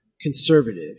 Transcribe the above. conservative